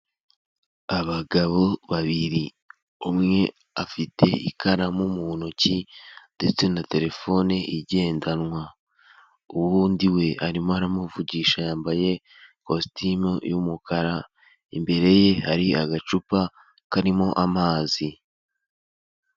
Abagabo babiri umwe afite ikaramu mu ntoki ndetse na terefone igendanwa ubundi we arimo aramuvugisha yambaye ikositimu y'umukara, imbere ye hari agacupa karimo amazi.